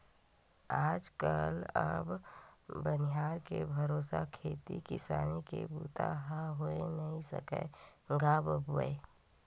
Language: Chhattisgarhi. आज कल अब बनिहार के भरोसा खेती किसानी के बूता ह होय नइ सकय गा बाबूय